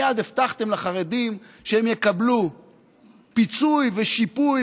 מייד הבטחתם לחרדים שהם יקבלו פיצוי ושיפוי